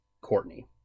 Courtney